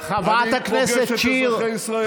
כמה זמן לא ראית אנשים ממטר?